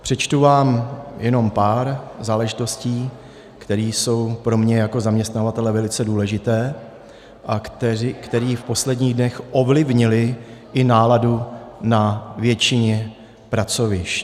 Přečtu vám jenom pár záležitostí, které jsou pro mě jako zaměstnavatele velice důležité a které v posledních dnech ovlivnily i náladu na většině pracovišť.